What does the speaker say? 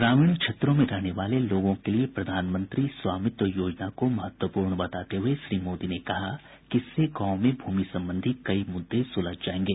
ग्रामीण क्षेत्रों में रहने वाले लोगों के लिए प्रधानमंत्री स्वामित्व योजना को महत्वपूर्ण बताते हुए श्री मोदी ने कहा कि इससे गांवों में भूमि संबंधी कई मुद्दे सुलझ जाएंगे